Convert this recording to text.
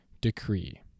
decree